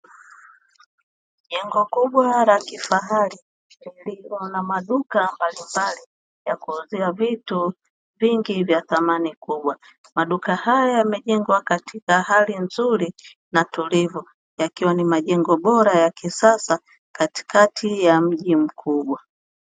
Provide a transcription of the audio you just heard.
Jengo kubwa la kifahari liko na maduka mbalimbali ya kuuzia vitu vingi vya thamani kubwa. Maduka haya yamejengwa katika hali nzuri na tulivu, yakiwa ni majengo bora ya kisasa katikati ya mji mkubwa.